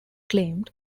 claimed